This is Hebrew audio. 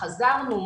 חזרנו,